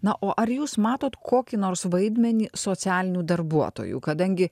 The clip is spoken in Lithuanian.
na o ar jūs matot kokį nors vaidmenį socialinių darbuotojų kadangi